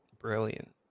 brilliant